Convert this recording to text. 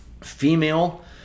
female